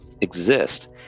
exist